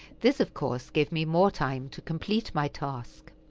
this, of course, gave me more time to complete my task.